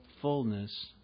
fullness